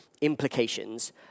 implications